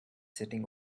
sitting